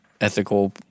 ethical